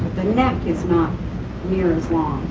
the neck is not near as long.